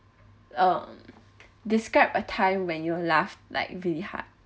um describe a time when you laugh like really hard